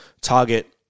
target